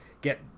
get